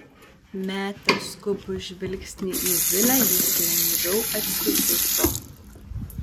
metęs skubų žvilgsnį į vilę jis lengviau atsiduso